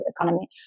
economy